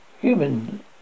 Human